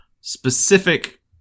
specific